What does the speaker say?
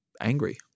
angry